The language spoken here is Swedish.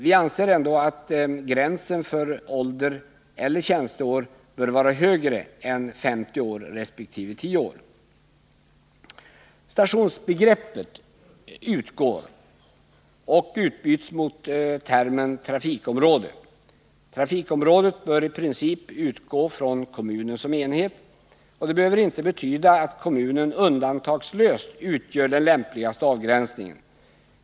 Vi anser dock att gränsen för ålder eller tjänsteår bör vara högre än 50 resp. 10 år. Stationsortsbegreppet utgår och utbyts mot termen trafikområde. Trafikområdet bör i princip utgå från kommunen som enhet. Det behöver inte betyda att kommunen undantagslöst utgör den lämpligaste avgränsningen.